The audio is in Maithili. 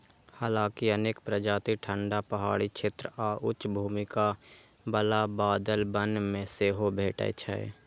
हालांकि अनेक प्रजाति ठंढा पहाड़ी क्षेत्र आ उच्च भूमि बला बादल वन मे सेहो भेटै छै